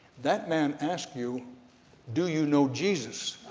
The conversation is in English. that man asked you do you know jesus